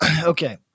okay